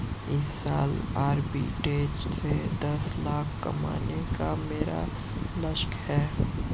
इस साल आरबी ट्रेज़ से दस लाख कमाने का मेरा लक्ष्यांक है